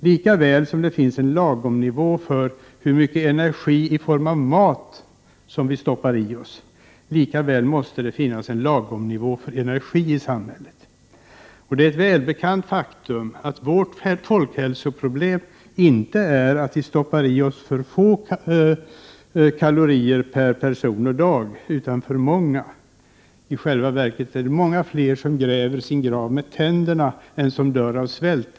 Likväl som det finns en lagomnivå för hur mycket energi i form av mat som vi kan stoppa i oss, likväl måste det finnas en lagomnivå för energi i samhället. Det är ett välbekant faktum att vårt folkhälsoproblem inte är att vi stoppar i oss för få kalorier per person och dag, utan att vi stoppar i oss för många. Det är i själva verket många fler i Sverige som gräver sin grav med tänderna än som dör av svält.